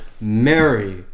mary